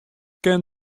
kin